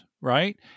right